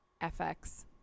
FX